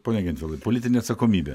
pone gentvilai politinė atsakomybė